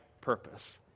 purpose